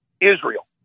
Israel